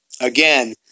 Again